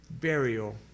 burial